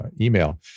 email